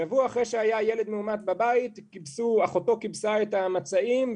שבוע אחרי שהיה ילד מאומת בבית אחותו כיבסה את המצעים,